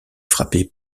frappé